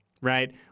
right